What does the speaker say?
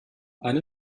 eine